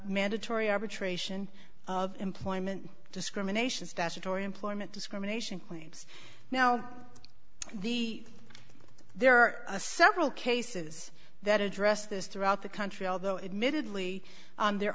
mandatory arbitration of employment discrimination statutory employment discrimination claims now the there are several cases that address this throughout the country although admittedly there